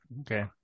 okay